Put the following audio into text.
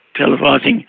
televising